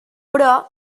però